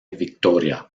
victoria